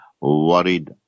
worried